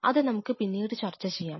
അത് നമുക്ക് പിന്നീട് ചർച്ച ചെയ്യാം